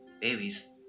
babies